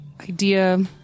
idea